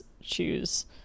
choose